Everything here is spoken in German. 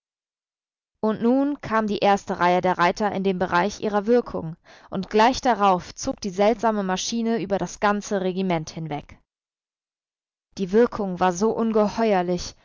und nun kam die erste reihe der reiter in den bereich ihrer wirkung und gleich darauf zog die seltsame maschine über das ganze regiment hinweg die wirkung war so ungeheuerlich